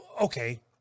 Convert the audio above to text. Okay